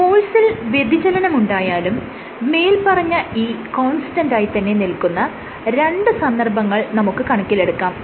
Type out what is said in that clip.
ഫോഴ്സിൽ വ്യതിചലനമുണ്ടായാലും മേല്പറഞ്ഞ E constant ആയി തന്നെ നില്ക്കുന്ന രണ്ട് സന്ദർഭങ്ങൾ നമുക്ക് കണക്കിലെടുക്കാം